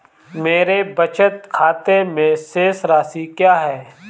मेरे बचत खाते में शेष राशि क्या है?